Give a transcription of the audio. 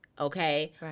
Okay